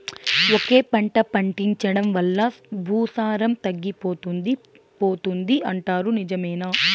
ఒకే పంట పండించడం వల్ల భూసారం తగ్గిపోతుంది పోతుంది అంటారు నిజమేనా